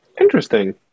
Interesting